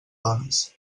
dones